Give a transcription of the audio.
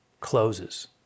closes